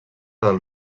del